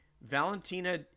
Valentina